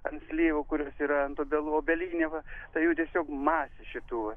ant slyvų kurios yra ant obelų obelinė va tai jų tiesiog masė šitų